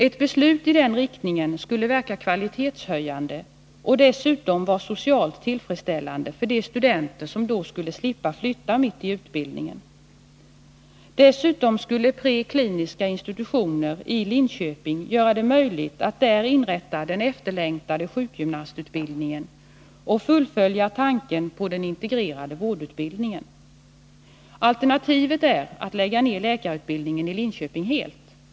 Ett beslut i den riktningen skulle verka kvalitetshöjande, och det skulle även vara socialt tillfredsställande för de studenter som då skulle slippa flytta mitt i utbildningen. Dessutom skulle det med prekliniska medicinska institutioner i Linköping vara möjligt att där inrätta den efterlängtade sjukgymnastutbildningen och att fullfölja tanken på den integrerade vårdutbildningen. Alternativet är att läkarutbildningen i Linköping helt läggs ned.